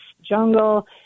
jungle